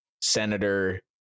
Senator